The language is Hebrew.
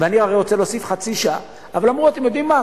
מבחינה כלכלית,